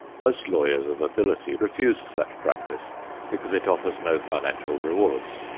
most lawyers of ability refuse such practice because it offers no financial rewards.